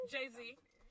Jay-Z